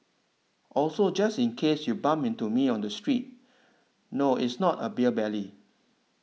also just in case you bump into me on the streets no it's not a beer belly